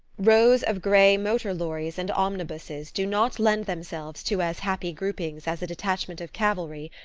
rows of grey motor-lorries and omnibuses do not lend themselves to as happy groupings as a detachment of cavalry,